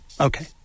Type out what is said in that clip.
Okay